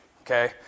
okay